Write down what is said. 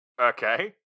Okay